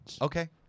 Okay